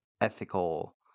ethical